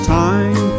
time